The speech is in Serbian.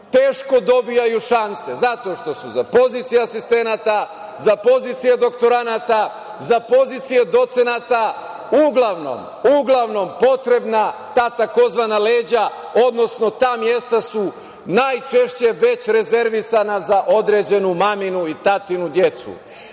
teško dobijaju šanse. Zato što su za pozicije asistenata, za pozicije doktoranata, za pozicije docenata uglavnom, uglavnom potrebna ta tzv. leđa, odnosno ta mesta su najčešće već rezervisana za određenu maminu i tatinu